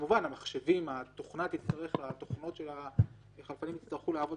כמובן המחשבים, התוכנות של החלפנים יצטרכו להיות